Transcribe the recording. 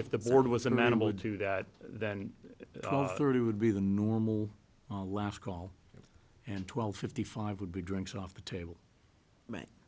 if the board was an animal to do that then thirty would be the normal last call and twelve fifty five would be drinks off the table